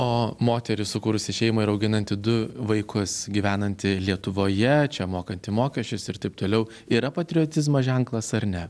o moteris sukūrusi šeimą ir auginanti du vaikus gyvenanti lietuvoje čia mokanti mokesčius ir taip toliau yra patriotizmo ženklas ar ne